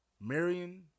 Marion